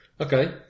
Okay